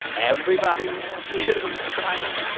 everybody in that theater was crying,